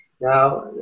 Now